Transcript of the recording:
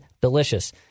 delicious